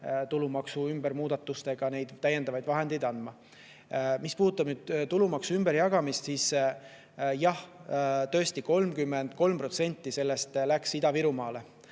tulumaksu muudatustega neid täiendavaid vahendeid andma. Mis puudutab tulumaksu ümberjagamist, siis jah, tõesti, 33% sellest läks Ida-Virumaale.